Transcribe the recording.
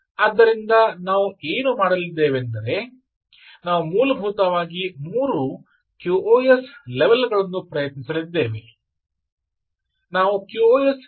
ಆದ್ದರಿಂದ ನಾವು ಏನು ಮಾಡಲಿದ್ದೇವೆಂದರೆ ನಾವು ಮೂಲಭೂತವಾಗಿ ಮೂರು QoS ಲೆವೆಲ್ ಗಳನ್ನು ಪ್ರಯತ್ನಿಸಲಿದ್ದೇವೆ ನಾವು QoS 0 ಅನ್ನು ಪ್ರಯತ್ನಿಸೋಣ